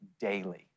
daily